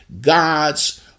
God's